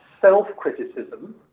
self-criticism